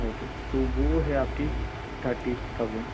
okay تو وہ ہے آپ کی تھرٹی تھاؤزینڈ